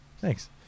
Thanks